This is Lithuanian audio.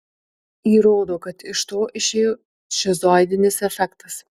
įrodo kad iš to išėjo šizoidinis efektas